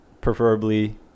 preferably